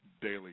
daily